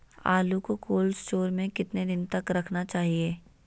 आलू को cold store में कितना दिन तक रखना चाहिए?